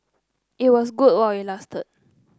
it was good while it lasted